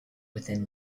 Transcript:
within